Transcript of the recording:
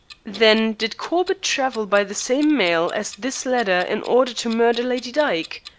then did corbett travel by the same mail as this letter in order to murder lady dyke?